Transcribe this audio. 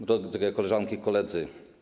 Drogie Koleżanki i Koledzy!